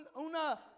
una